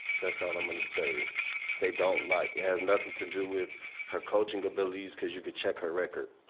that's all i'm gonna say, is they don't like. it has nothing to do with her coaching abilities, cause you could check her record.